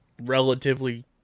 relatively